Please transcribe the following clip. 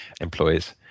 employees